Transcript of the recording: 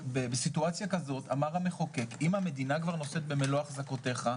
בסיטואציה כזאת אמר המחוקק: אם המדינה כבר נושאת במלוא אחזקותיך,